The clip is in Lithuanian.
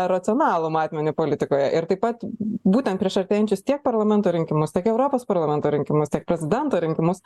racionalų matmenį politikoje ir taip pat būtent prieš artėjančius tiek parlamento rinkimus tiek europos parlamento rinkimus tiek prezidento rinkimus